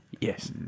Yes